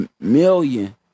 million